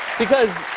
because